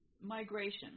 migration